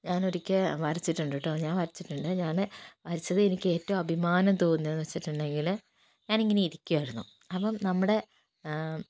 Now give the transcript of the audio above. ഞാൻ ഒരിക്കൽ വരച്ചിട്ടുണ്ട് കേട്ടോ ഞാൻ വരച്ചിട്ടുണ്ട് ഞാൻ വരച്ചത് എനിക്ക് ഏറ്റവും അഭിമാനം തോന്നിയതെന്നു വച്ചിട്ടുണ്ടെങ്കിൽ ഞാൻ ഇങ്ങനെ ഇരിക്കുകയായിരുന്നു അപ്പോൾ നമ്മുടെ